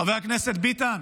חבר הכנסת ביטן,